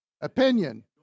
Opinion